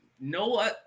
no